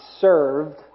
served